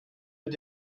mit